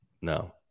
No